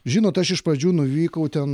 žinot aš iš pradžių nuvykau ten